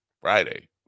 Friday